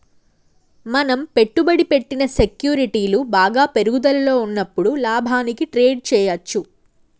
మనం పెట్టుబడి పెట్టిన సెక్యూరిటీలు బాగా పెరుగుదలలో ఉన్నప్పుడు లాభానికి ట్రేడ్ చేయ్యచ్చు